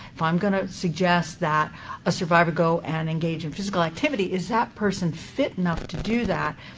if i'm going to suggest that a survivor go and engage in physical activity, is that person fit enough to do that?